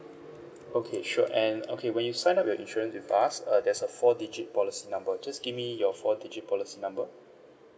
okay sure and okay when you sign up your insurance with us err there's a four digit policy number just give me your four digit policy number